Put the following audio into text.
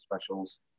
specials